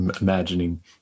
imagining